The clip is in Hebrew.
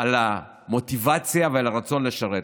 על המוטיבציה ועל הרצון לשרת.